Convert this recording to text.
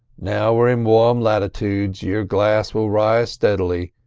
now we're in warm latitoods, your glass will rise steady,